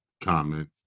comment